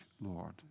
Lord